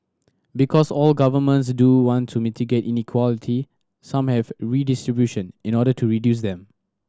because all governments do want to mitigate inequality some have redistribution in order to reduce them